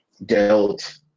dealt